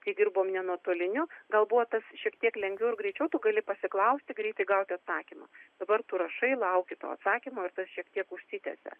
kai dirbom nenuotoliniu gal buvo tas šiek tiek lengviau ir greičiau tu gali pasiklausti greitai gauti atsakymą dabar tu rašai lauki to atsakymo ir tas šiek tiek užsitęsia